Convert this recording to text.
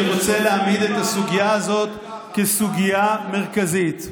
אני רוצה להעמיד את הסוגיה הזאת כסוגיה מרכזית.